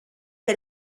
que